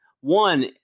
one